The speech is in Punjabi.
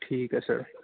ਠੀਕ ਹੈ ਸਰ